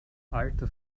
alter